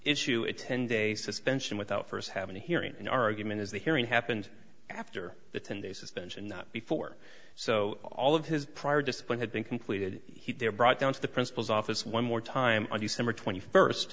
issue a ten day suspension without first having a hearing an argument as the hearing happened after the ten day suspension not before so all of his prior discipline had been completed he'd they're brought down to the principal's office one more time on the summer twenty first